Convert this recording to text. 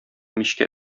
мичкә